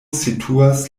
situas